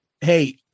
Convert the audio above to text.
hey